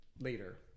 later